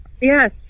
Yes